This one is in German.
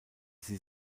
sie